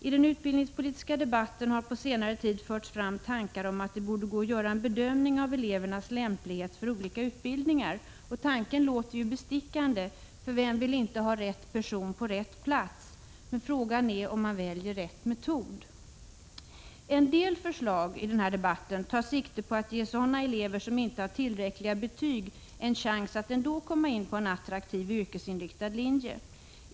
I den utbildningspolitiska debatten har på senare tid förts fram tankar om att det borde gå att göra en bedömning av elevernas lämplighet för olika utbildningar. Och tanken låter ju bestickande. Vem vill inte ha rätt person på rätt plats? Men frågan är om man väljer rätt metod. En del förslag i den här debatten tar sikte på att ge sådana elever som inte har tillräckliga betyg en chans att ändå komma in på en attraktiv yrkesinriktad linje.